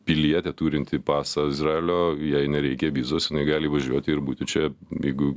pilietė turinti pasą izraelio jai nereikia vizos jinai gali važiuoti ir būti čia jeigu